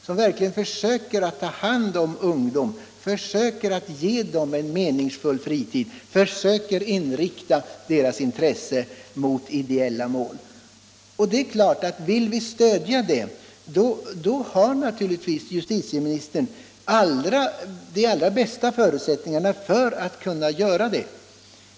De försöker verkligen ta hand om ungdomar, försöker ge dem en meningsfull fritid och inrikta deras intresse mot ideella mål. Justitieministern har naturligtvis bra förutsättningar att stödja dessa organisationer.